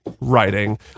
writing